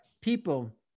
people